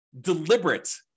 deliberate